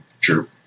True